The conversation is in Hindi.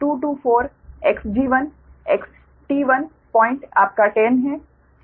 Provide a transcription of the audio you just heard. तो इसका 0224 Xg1 XT1 पॉइंट आपका 10 है